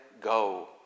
go